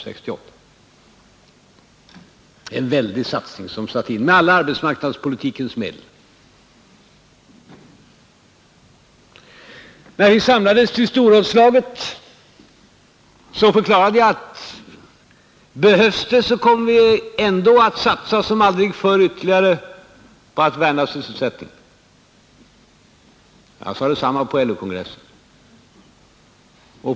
Det är en väldig satsning som omfattar arbetsmarknadspolitikens alla medel. När socialdemokratin samlades till storrådslaget förklarade jag, att om det behövs så kommer vi att satsa som aldrig förr på att vända sysselsättningsutvecklingen. Jag sade detsamma på LO-kongressen.